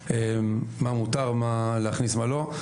מה מותר להכניס ומה לא.